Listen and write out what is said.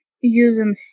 using